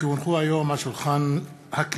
כי הונחו היום על שולחן הכנסת,